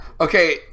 Okay